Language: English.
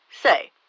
Say